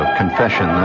confession